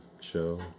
Show